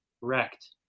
wrecked